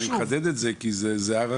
אני מחדד את זה כי זה הערכה.